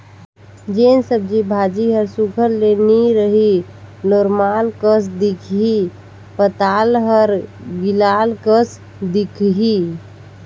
जेन सब्जी भाजी हर सुग्घर ले नी रही लोरमाल कस दिखही पताल हर गिलाल कस दिखही